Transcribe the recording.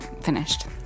finished